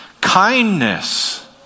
kindness